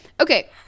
Okay